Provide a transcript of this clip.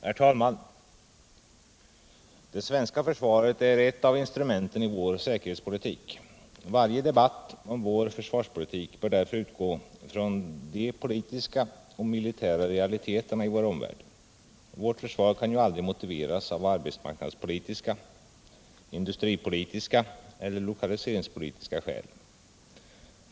Herr talman! Det svenska försvaret är ett av instrumenten i vår säkerhetspolitik. Varje debatt om vår försvarspolitik bör därför utgå från de politiska och militära realiteterna i vår omvärld. Vårt försvar kan ju aldrig motiveras med arbetsmarknadspolitiska, industripolitiska eller lokaliseringspolitiska skäl.